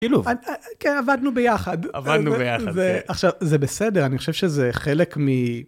כאילו, כן, עבדנו ביחד. עבדנו ביחד, כן. עכשיו, זה בסדר? אני חושב שזה חלק מ...